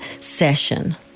session